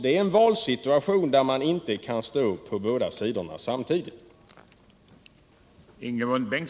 Detta är en valsituation där man inte kan stå på båda sidor samtidigt.